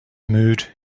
mood